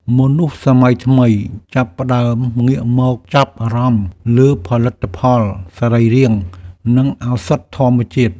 មនុស្សសម័យថ្មីចាប់ផ្តើមងាកមកចាប់អារម្មណ៍លើផលិតផលសរីរាង្គ និងឱសថធម្មជាតិ។